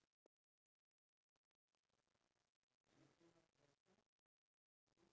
there's money changer there then we can take bus to go home but then